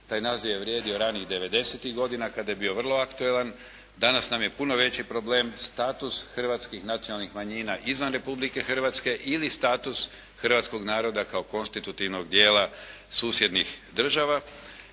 taj naziv je vrijedio ranih 90.-ih godina kada je bio vrlo aktualan, danas nam je puno veći status hrvatskih nacionalnih manjina izvan Republike Hrvatske ili status hrvatskog naroda kao konstitutivnog dijela susjednih država,